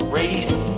race